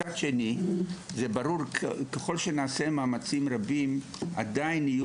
מצד שני ככל שנעשה מאמצים רבים עדיין יהיו